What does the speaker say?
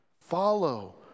Follow